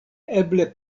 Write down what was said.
eble